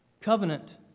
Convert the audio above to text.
covenant